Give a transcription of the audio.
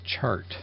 chart